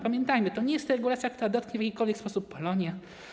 Pamiętajmy, że to nie jest regulacja, która dotknie w jakikolwiek sposób Polonię.